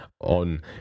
on